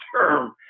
term